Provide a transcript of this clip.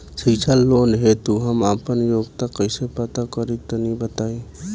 शिक्षा लोन हेतु हम आपन योग्यता कइसे पता करि तनि बताई?